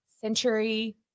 Century